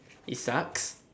it sucks